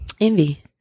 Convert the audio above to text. Envy